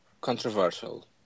controversial